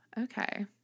okay